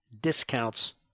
discounts